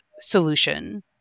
solution